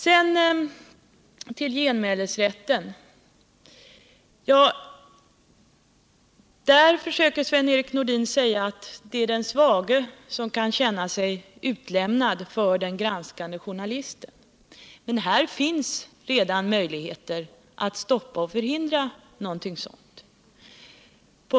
Sedan till genmälesrätten. Där försöker Sven-Erik Nordin säga att det är den svage som kan känna sig utlämnad till den granskande journalisten. Men det finns redan möjligheter att stoppa och förhindra någonting sådant.